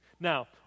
Now